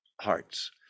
hearts